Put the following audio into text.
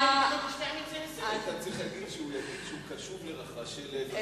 אתה צריך להגיד שהוא יגיד שהוא קשוב לרחשי לב הציבור,